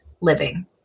living